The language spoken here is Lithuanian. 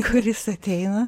kuris ateina